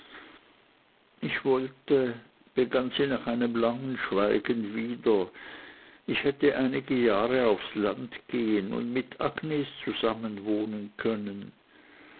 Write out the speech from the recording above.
ich wollte begann sie nach einem langen schweigen wieder ich hätte einige jahre aufs land gehen und mit agnes zusammenwohnen können